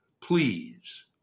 please